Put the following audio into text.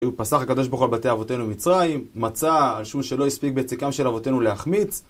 פסח הקדוש ברוך הוא על בתי אבותינו במצרים, מצה על שום שלא הספיק בציקם של אבותינו להחמיץ